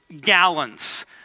gallons